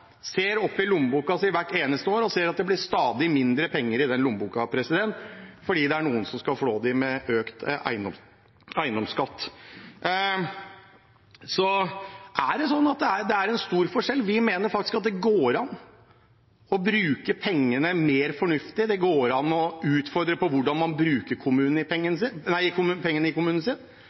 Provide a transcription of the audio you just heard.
ser oppi lommeboka si hvert eneste år og ser at det blir stadig mindre penger i den lommeboka, fordi det er noen som skal flå dem med økt eiendomsskatt. Det er en stor forskjell. Vi mener faktisk at det går an å bruke pengene mer fornuftig, og at det går an å utfordre hvordan man bruker pengene i sin egen kommune. Men der er vi nok dessverre i